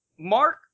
Mark